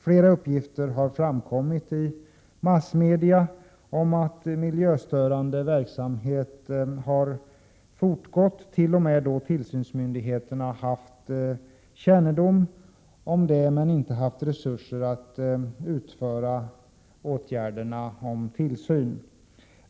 Flera uppgifter har framkommit i massmedia om att miljöstörande verksamhet har fortgått t.o.m. då tillsynsmyndigheten haft kännedom om den men inte haft resurser att utföra tillsynen.